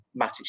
Matic